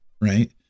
right